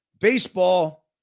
Baseball